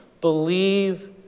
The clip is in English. believe